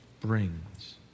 brings